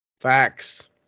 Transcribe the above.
Facts